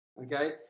Okay